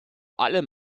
allem